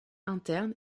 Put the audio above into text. interne